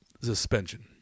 suspension